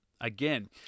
again